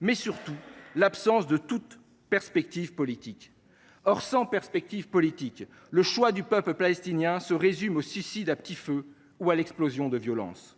mais surtout par l’absence de toute perspective politique. Or, sans perspective politique, le choix du peuple palestinien se résume ainsi : suicide à petit feu ou explosion de violence.